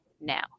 now